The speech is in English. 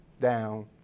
down